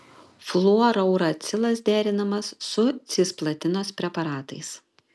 fluorouracilas derinamas su cisplatinos preparatais